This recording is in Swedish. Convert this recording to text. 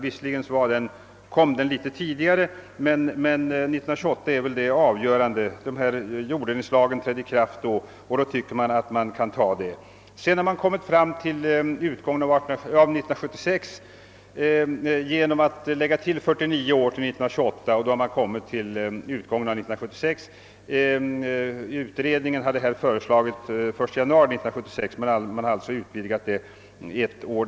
Visserligen kom den något tidigare, men 1928 kan väl anses vara den avgörande tidpunkten, eftersom jorddelningslagen trädde i kraft då. Genom att lägga 49 år till 1928 har man kommit fram till utgången av 1976. Utredningen hade föreslagit den 1 januari 1976, men tiden har alltså utsträckts med ett år.